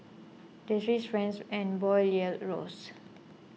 the Swiss Franc and bond yields rose